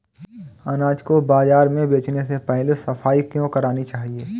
अनाज को बाजार में बेचने से पहले सफाई क्यो करानी चाहिए?